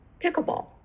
Pickleball